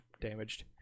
damaged